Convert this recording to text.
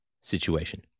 situation